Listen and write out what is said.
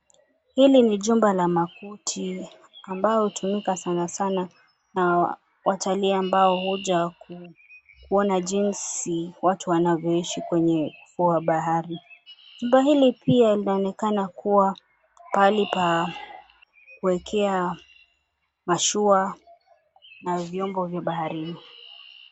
hili ni jumba la makuti ambalo hutumika sana sana na watalii ambao huja kuona jinsi watu wanavyoishi kwenye ufuo wa bahari jumba hili pia linaonekana kuwa pahali pa kuwekea mashua na vyombo vya baharini.